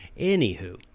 Anywho